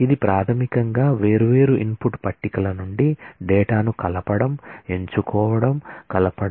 ఇది ప్రాథమికంగా వేర్వేరు ఇన్పుట్ టేబుల్ల నుండి డేటాను కలపడం ఎంచుకోవడం కలపడం